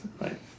Right